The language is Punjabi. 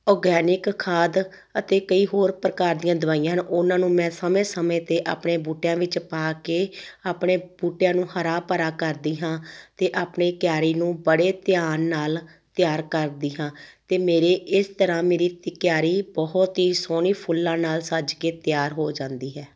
ਔਰਗੈਨਿਕ ਖਾਦ ਅਤੇ ਕਈ ਹੋਰ ਪ੍ਰਕਾਰ ਦੀਆਂ ਦਵਾਈਆਂ ਹਨ ਉਹਨਾਂ ਨੂੰ ਮੈਂ ਸਮੇਂ ਸਮੇਂ 'ਤੇ ਆਪਣੇ ਬੂਟਿਆਂ ਵਿੱਚ ਪਾ ਕੇ ਆਪਣੇ ਬੂਟਿਆਂ ਨੂੰ ਹਰਾ ਭਰਾ ਕਰਦੀ ਹਾਂ ਅਤੇ ਆਪਣੇ ਕਿਆਰੀ ਨੂੰ ਬੜੇ ਧਿਆਨ ਨਾਲ ਤਿਆਰ ਕਰਦੀ ਹਾਂ ਅਤੇ ਮੇਰੇ ਇਸ ਤਰ੍ਹਾਂ ਮੇਰੀ ਕਿਆਰੀ ਬਹੁਤ ਹੀ ਸੋਹਣੀ ਫੁੱਲਾਂ ਨਾਲ ਸੱਜ ਕੇ ਤਿਆਰ ਹੋ ਜਾਂਦੀ ਹੈ